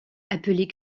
appelé